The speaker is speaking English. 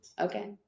okay